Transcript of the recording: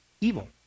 Evil